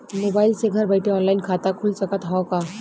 Mobile से घर बैठे ऑनलाइन खाता खुल सकत हव का?